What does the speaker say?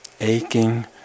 aching